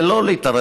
זה לא להתערב,